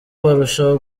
barushaho